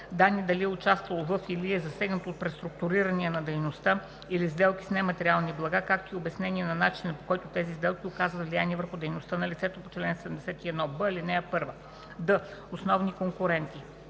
данни дали е участвало във или е засегнато от преструктурирания на дейността или сделки с нематериални блага, както и обяснение на начина, по който тези сделки оказват влияние върху дейността на лицето по чл. 71б, ал. 1; д) основни конкуренти;